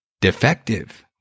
Defective